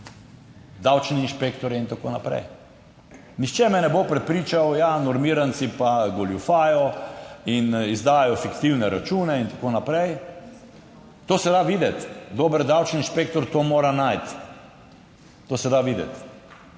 davčne inšpektorje in tako naprej, nihče me ne bo prepričal, ja, normiranci pa goljufajo in izdajajo fiktivne račune in tako naprej. To se da videti, dober davčni inšpektor to mora najti, to se da videti,